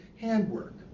handwork